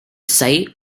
site